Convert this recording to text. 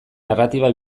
narratiba